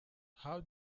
how